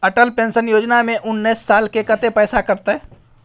Atal pension योजना में उनैस साल के कत्ते पैसा कटते?